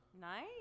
Nice